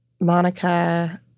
Monica